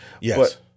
Yes